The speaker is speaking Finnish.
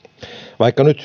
vaikka nyt